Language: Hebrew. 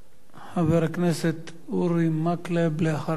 חבר הכנסת אורי מקלב, לאחר מכן.